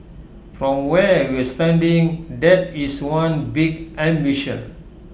from where we're standing that is one big ambition